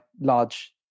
large